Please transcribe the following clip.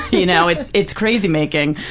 you know it's it's crazy-making.